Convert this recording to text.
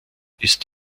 ist